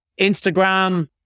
Instagram